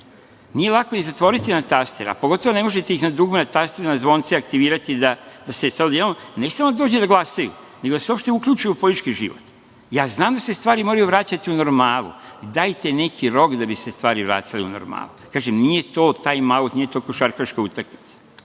Nije lako ni zatvoriti na taster, a pogotovo ih ne možete na dugme, na taster, na zvonce aktivirati da se sad odjednom, ne samo da dođu da glasaju, nego da se uopšte uključe u politički život. Znam da se stvari moraju vraćati u normalu, dajte neki rok da bi se stvari vratile u normalu. Kažem, nije to tajm-aut, nije to košarkaška utakmica. Na